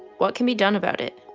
what can be done about it?